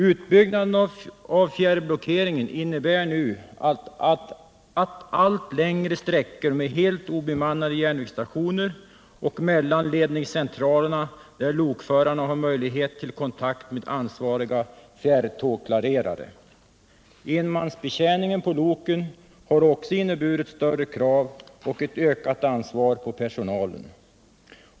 Utbyggnaden av fjärrblockeringen innebär nu allt längre sträckor med helt obemannade järnvägsstationer och allt längre avstånd mellan ledningscentralerna där lokförarna har möjlighet till kontakt med ansvariga fjärrtågklarerare. Enmansbetjäningen på loken har också inneburit större krav och ett ökat ansvar för personalen.